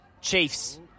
Chiefs